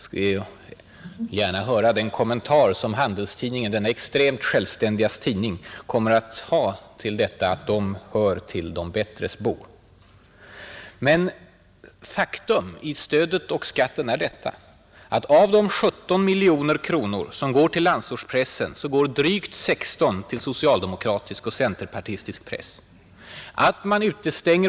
Jag vill gärna läsa den kommentar som Handelstidningen, denna extremt självständiga tidning, kommer att ha till påståendet att den hör till ”de bättres bord”. Fakta i fråga om stödet och skatten är de här: Av de ungefär 17 miljoner kronor som går till landsortspressen går drygt 16 miljoner kronor till socialdemokratisk och centerpartistisk press.